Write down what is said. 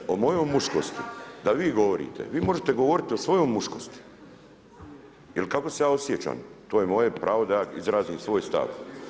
Gledaj, o mojoj muškosti da vi govorite, vi možete govorit o svojoj muškosti, jel kako se ja osjećan to je moje pravo da ja izrazim svoj stav.